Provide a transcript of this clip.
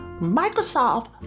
Microsoft